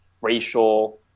racial